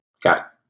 Got